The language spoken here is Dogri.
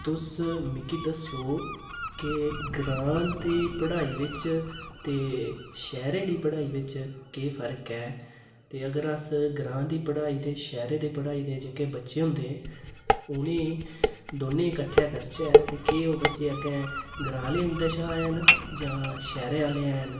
तुस मिगी दस्सेओ कि ग्रांऽ दी पढ़ाई बिच ते शैह्रे दी पढ़ाई बिच केह् फर्क ऐ ते अगर अस ग्रांऽ दी पढ़ाई ते शैह्रे दी पढ़ाई दे जेह्के बच्चे होंदे उ'नें दौनें कट्ठे करचै ते केह् ओह् बच्चे अग्गें ग्रांऽ आह्ले उं'दे शा हैन जां शैह्रे आह्ले न